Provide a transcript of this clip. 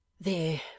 There